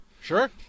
Sure